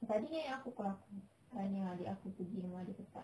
tadi nyai aku call aku tanya adik aku pergi mana-mana ke tak